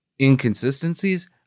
inconsistencies